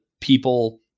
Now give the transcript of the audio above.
people